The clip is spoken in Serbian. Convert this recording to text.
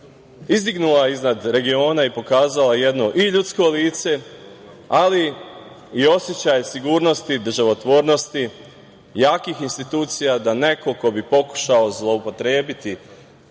izdignula iznad regiona i pokazala jedno i ljudsko lice, ali i osećaj sigurnosti, državotvornosti, jakih institucija, da neko ko bi pokušao zloupotrebiti